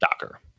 Docker